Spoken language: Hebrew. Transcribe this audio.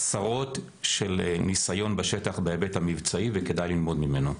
אני חושב שיש כאן עשרות של ניסיון בשטח בהיבט המבצעי וכדאי ללמוד ממנו.